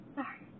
Sorry